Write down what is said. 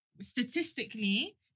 statistically